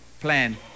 plan